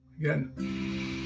Again